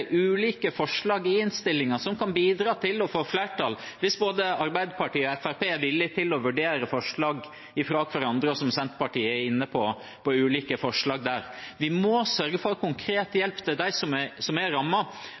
ulike forslag i innstillingen som kan få flertall hvis både Arbeiderpartiet og Fremskrittspartiet er villige til å vurdere forslag fra hverandre, og som Senterpartiet er inne i. Vi må sørge for konkret hjelp til dem som er